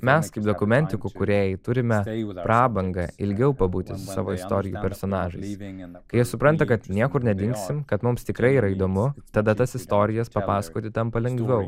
mes kaip dokumentikų kūrėjai turime prabangą ilgiau pabūti su savo istorijų personažais kai jie supranta kad niekur nedingsim kad mums tikrai yra įdomu tada tas istorijas papasakoti tampa lengviau